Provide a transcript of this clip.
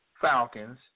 Falcons